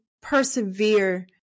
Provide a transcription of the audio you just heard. persevere